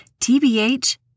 TBH